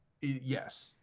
Yes